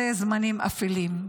זה זמנים אפלים.